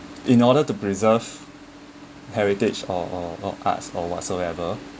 in order to preserve heritage or or or arts or whatsoever